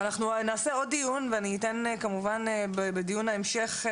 אנחנו נעשה עוד דיון ואני אתן כמובן בדיון ההמשך,